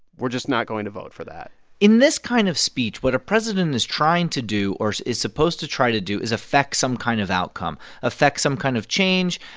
we're just not going to vote for that in this kind of speech, what a president is trying to do or is supposed to try to do is effect some kind of outcome, effect some kind of change.